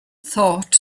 thought